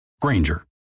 Granger